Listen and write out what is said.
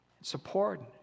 Support